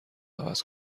عوض